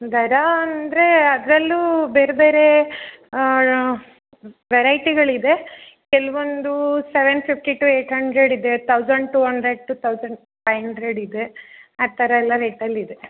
ದರ ಅಂದರೆ ಅದರಲ್ಲೂ ಬೇರೆ ಬೇರೆ ವೆರೈಟಿಗಳು ಇದೆ ಕೆಲವೊಂದು seven fifty to eight hundred ಇದೆ thousand two hundred to thousand five hundred ಇದೆ ಆ ಥರ ಎಲ್ಲ ರೇಟಲ್ಲಿ ಇದೆ